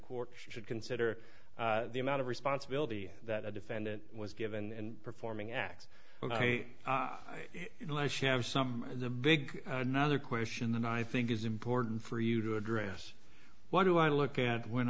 court should consider the amount of responsibility that a defendant was given performing acts ok unless you have some the big another question that i think is important for you to address what do i look at when